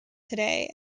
today